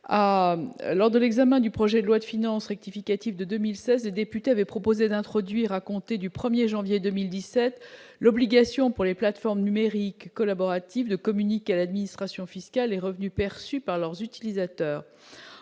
Lors de l'examen du projet de loi de finances rectificative pour 2016, les députés avaient proposé d'introduire, à compter du 1 janvier 2017, l'obligation pour les plateformes numériques collaboratives de communiquer à l'administration fiscale les revenus perçus par leurs utilisateurs.